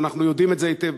ואנחנו יודעים את זה היטב,